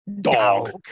Dog